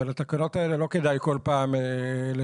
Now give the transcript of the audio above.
אבל התקנות האלה, לא כדאי כל פעם לשנות.